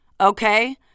Okay